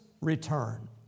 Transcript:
return